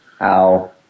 Ow